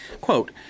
Quote